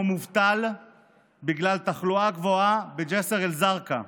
מובטל בגלל תחלואה גבוהה בג'יסר א-זרקא,